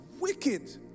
wicked